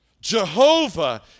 Jehovah